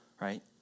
right